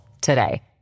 today